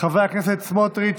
חברי הכנסת בצלאל סמוטריץ',